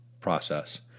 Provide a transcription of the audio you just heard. process